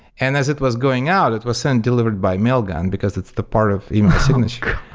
and as it was going out, it was sent delivered by mailgun, because it's the part of email signature.